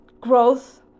growth